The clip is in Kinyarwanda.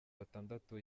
batandatu